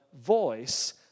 voice